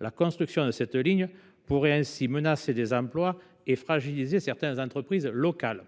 La construction de cette ligne pourrait ainsi menacer des emplois et fragiliser certaines entreprises locales.